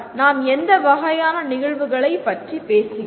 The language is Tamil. நாம் எந்த வகையான நிகழ்வுகளைப் பற்றி பேசுகிறோம்